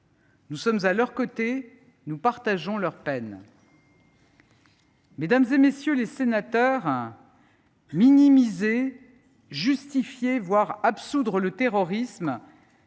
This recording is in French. Nous sommes à leurs côtés. Nous partageons leur peine. Mesdames, messieurs les sénateurs, minimiser, justifier voire absoudre le terrorisme,